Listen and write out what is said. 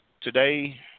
Today